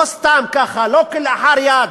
לא סתם ככה, לא כלאחר יד,